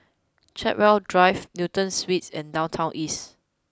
Chartwell Drive Newton Suites and Downtown East